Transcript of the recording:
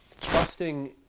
Trusting